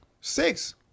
Six